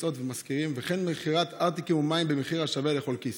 וכן מוכרים ארטיקים ומים במחיר השווה לכל כיס.